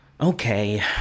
Okay